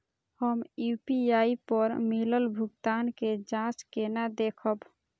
हम यू.पी.आई पर मिलल भुगतान के जाँच केना देखब?